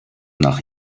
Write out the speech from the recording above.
nach